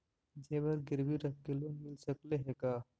जेबर गिरबी रख के लोन मिल सकले हे का?